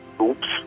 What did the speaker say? Oops